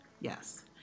yes